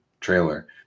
trailer